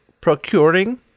procuring